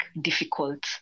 difficult